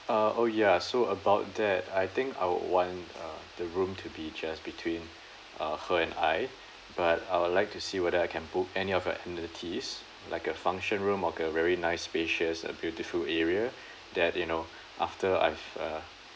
uh oh ya so about that I think I would want uh the room to be just between uh her and I but I would like to see whether I can book any of a amenities like a function room or a very nice spacious uh beautiful area that you know after I've uh